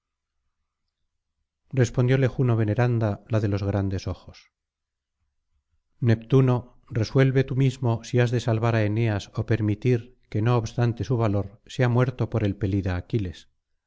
respondióle juno veneranda la de los grandes ojos neptuno resuelve td mismo si has de salvar á eneas ó permitir que no obstante su valor sea muerto por el pelida aquiles